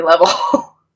level